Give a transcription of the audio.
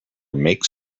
makes